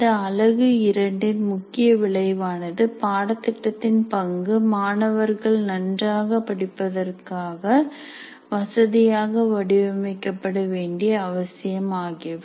இந்த அலகு இரண்டின் முக்கிய விளைவானது பாடத்திட்டத்தின் பங்கு மாணவர்கள் நன்றாக படிப்பதற்காக வசதியாக வடிவமைக்கப்பட வேண்டிய அவசியம் ஆகியவை